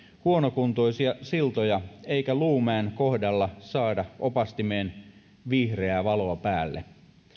huonokuntoisia siltoja eikä luumäen kohdalla saada opastimeen vihreää valoa päälle